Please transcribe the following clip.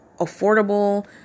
affordable